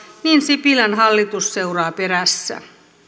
niin sipilän hallitus seuraa perässä